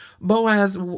Boaz